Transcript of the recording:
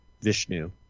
Vishnu